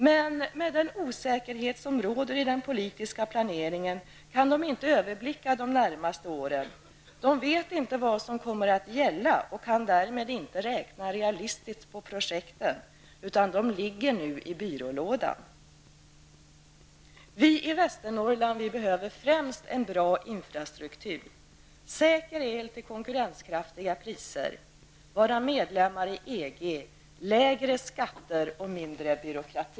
Men på grund av den osäkerhet som råder i den politiska planeringen kan de inte överblicka de närmaste åren. De vet inte vad som kommer att gälla och kan därmed inte räkna realistiskt på projekten. De ligger nu i byrålådan. I Västernorrland behöver vi främst en bra infrastruktur, säker el till konkurrenskraftiga priser, medlemskap i EG, lägre skatter och mindre byråkrati.